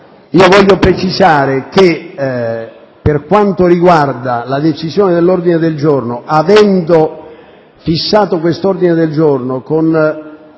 Voglio precisare che per quanto riguarda la decisione dell'ordine del giorno, avendolo fissato questo con il parere